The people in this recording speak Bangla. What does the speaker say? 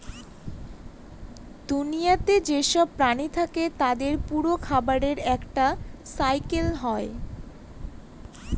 দুনিয়াতে যেসব প্রাণী থাকে তাদের পুরো খাবারের একটা সাইকেল হয়